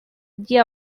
that